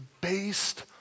based